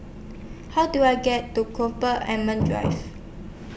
How Do I get to Drive